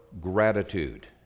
gratitude